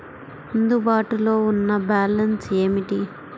అందుబాటులో ఉన్న బ్యాలన్స్ ఏమిటీ?